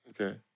Okay